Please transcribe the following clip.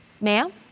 Ma'am